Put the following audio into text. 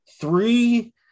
Three